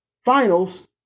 Finals